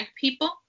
people